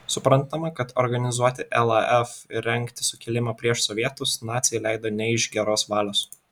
suprantama kad organizuoti laf ir rengti sukilimą prieš sovietus naciai leido ne iš geros valios